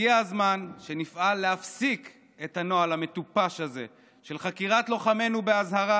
הגיע הזמן שנפעל להפסיק את הנוהל המטופש הזה של חקירת לוחמינו באזהרה